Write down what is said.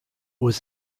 was